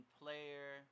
player